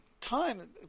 time